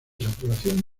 saturación